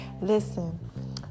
listen